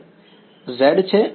વિદ્યાર્થી z છે